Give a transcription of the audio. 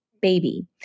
Baby